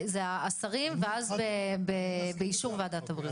זה השרים ואז באישור ועדת הבריאות.